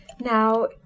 Now